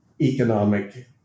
economic